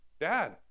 Dad